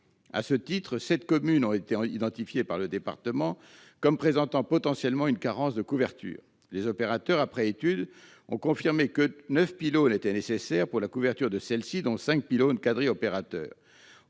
À ce titre, 7 communes ont été identifiées par le département comme présentant potentiellement une carence de couverture. Les opérateurs, après étude, ont confirmé que 9 pylônes étaient nécessaires pour la couverture de celles-ci, dont 5 quadri-opérateurs.